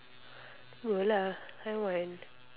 go lah I want